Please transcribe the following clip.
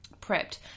prepped